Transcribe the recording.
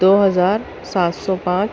دو ہزار سات سو پانچ